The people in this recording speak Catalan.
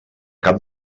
cap